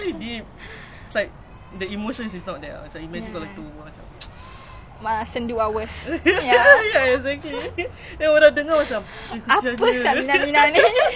I'm not sure yet like ya I mean I just want to drive my parents around lah